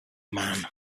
man